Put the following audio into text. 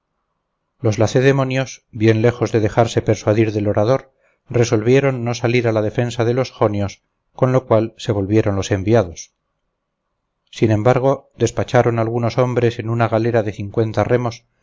los lacedemonios bien lejos de dejarse persuadir del orador resolvieron no salir a la defensa de los jonios con lo cual se volvieron los enviados sin embargo despacharon algunos hombres en una galera de cincuenta remos